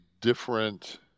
different